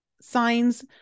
signs